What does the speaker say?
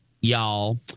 y'all